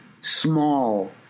small